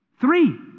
Three